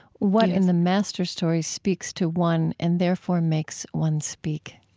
what in the master story speaks to one and therefore makes one speak?